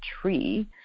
tree